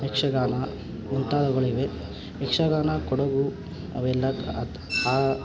ಯಕ್ಷಗಾನ ಮುಂತಾದವುಗಳಿವೆ ಯಕ್ಷಗಾನ ಕೊಡಗು ಅವೆಲ್ಲ ಆ